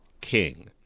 King